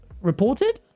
reported